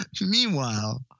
Meanwhile